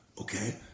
okay